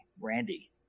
Randy